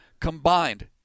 combined